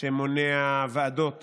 שמונע ועדות